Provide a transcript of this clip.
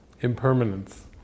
Impermanence